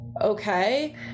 okay